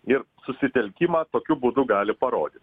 ir susitelkimą kokiu būdu gali parodyt